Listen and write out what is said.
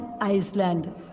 Iceland